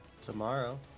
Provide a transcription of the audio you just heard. Tomorrow